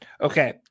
Okay